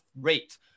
rate